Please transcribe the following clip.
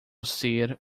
ser